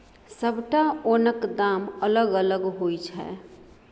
सबटा ओनक दाम अलग अलग होइ छै